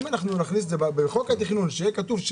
אם אנחנו נכניס את זה בחוק התכנון שיהיה כתוב,